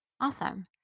Awesome